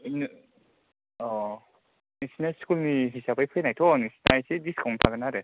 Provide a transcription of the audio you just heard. नो अ नोंसिना स्कुलनि हिसाबै फैनायथ' नोंसिना एसे डिसखाउन्ट थागोन आरो